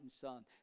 son